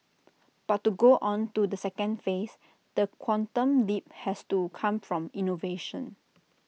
but to go on to the second phase the quantum leap has to come from innovation